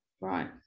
Right